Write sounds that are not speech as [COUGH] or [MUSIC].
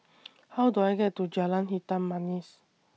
[NOISE] How Do I get to Jalan Hitam Manis